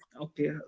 Okay